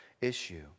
issue